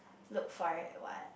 look for it what